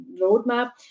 roadmap